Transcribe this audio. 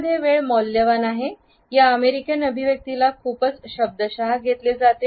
मध्ये वेळ मौल्यवान आहे या अमेरिकन अभिव्यक्तीला खुपच शब्दशहा घेतले जाते